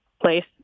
place